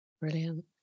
Brilliant